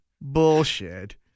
Bullshit